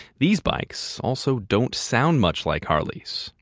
these bikes also don't sound much like harleys.